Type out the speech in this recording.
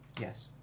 yes